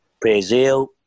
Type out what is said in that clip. Brazil